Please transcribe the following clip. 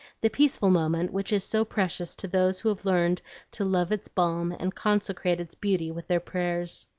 the peaceful moment which is so precious to those who have learned to love its balm and consecrate its beauty with their prayers.